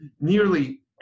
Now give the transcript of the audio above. nearly